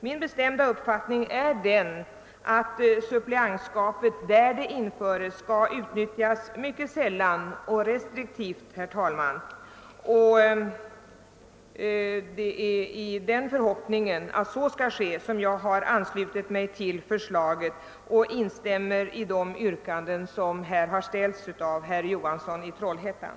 Min bestämda uppfattning är att suppleantskapet, där det införs, bör utnyttjas mycket sällan och restriktivt. I förhoppningen att så skall bli fallet har jag anslutit mig till förslaget, och jag instämmer i de yrkanden som här har framställts av herr Johansson i Trollhättan.